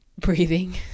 breathing